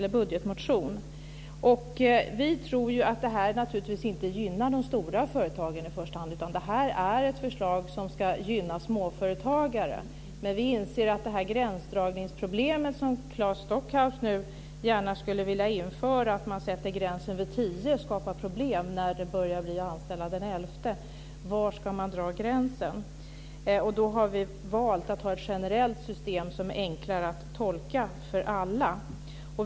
Vi tror naturligtvis att detta inte i första hand gynnar de stora företagen utan att detta är ett förslag som ska gynna småföretagare. Men vi anser att den gränsdragning som Claes Stockhaus nu gärna skulle införa, att man sätter gränsen vid tio anställda, skapar problem när det blir fråga om att anställa den elfte. Var ska man dra gränsen? Då har vi valt att ha ett generellt system som är enklare att tolka för alla.